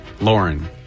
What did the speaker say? Lauren